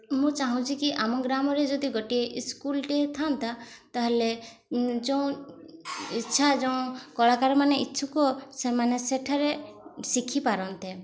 ମୁଁ ଚାହୁଁଛିକି ଆମ ଗ୍ରାମରେ ଯଦି ଗୋଟିଏ ସ୍କୁଲ୍ଟିଏ ଥାଆନ୍ତା ତା'ହେଲେ ଯେଉଁ ଇଚ୍ଛା ଯେଉଁ କଳାକାରମାନେ ଇଚ୍ଛୁକ ସେମାନେ ସେଠାରେ ଶିଖିପାରନ୍ତେ